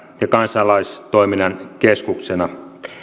ja kansalaistoiminnan keskuksina